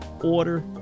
Order